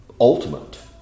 ultimate